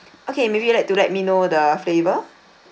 okay maybe you'd like to let me know the flavour